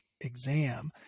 exam